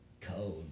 code